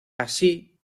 así